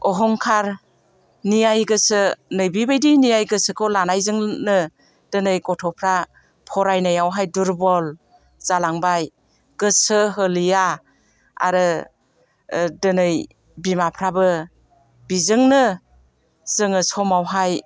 अहंखार नियाय गोसो नैबिबायदि नियाय गोसोखौ लानायजोंनो दिनै गथ'फ्रा फरायनायावहाय दुरबल जालांबाय गोसो होलिया आरो दिनै बिमाफ्राबो बिजोंनो जोङो समावहाय